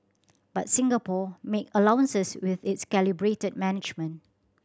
but Singapore make allowances with its calibrated management